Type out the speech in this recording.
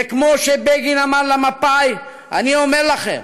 וכמו שבגין אמר למפא"י, אני אומר לכם: